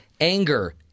anger